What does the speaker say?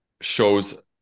shows